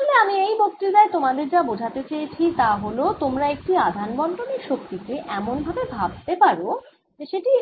আসলে আমি এই বক্তৃতায় তোমাদের যা বোঝাতে চেয়েছি তা হল তোমরা একটি আধান বন্টনের শক্তি কে এমন ভাবে ভাবতে পারো যে সেটি